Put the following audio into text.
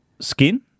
Skin